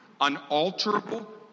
unalterable